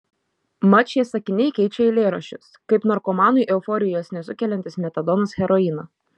mat šie sakiniai keičia eilėraščius kaip narkomanui euforijos nesukeliantis metadonas heroiną